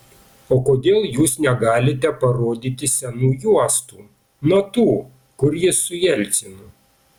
o kodėl jūs negalite parodyti senų juostų na tų kur jis su jelcinu